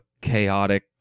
chaotic